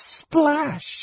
splash